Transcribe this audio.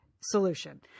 solution